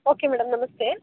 okay madam ನಮಸ್ತೆ